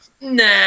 nah